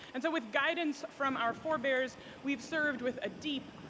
and so with guidance from our forbearers, we've served with a deep,